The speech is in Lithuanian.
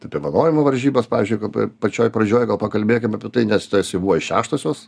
tai apie vanojimo varžybas pavyzdžiui kai pa pačioj pradžioj gal pakalbėkim apie tai nes tu esi buvai šeštosios